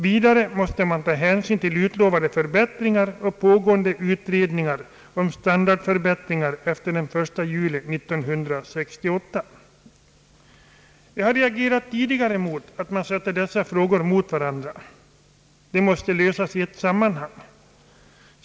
Vidare måste man ta hänsyn till utlovade förbättringar och pågående utredningar om standardförbättringar efter den 1 juli 1968. Jag har tidigare reagerat mot att man sätter dessa frågor mot varandra. De måste lösas i ett sammanhang.